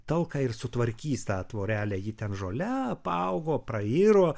talką ir sutvarkys tą tvorelę ji ten žole apaugo prairo